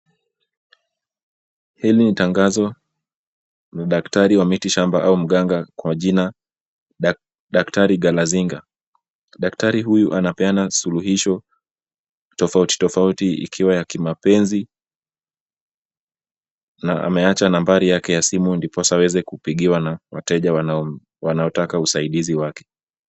Hili ni tangazo la daktari wa miti shamba au mganga kwa jina daktari Galazinga. Daktari huyu anapeana suluhisho tofauti tofauti ikiwa ni ya kimapenzi, na ameacha nambari yake ya simu ndiposa aweze kupigiwa na wateja wanaotaka usaidizi wake.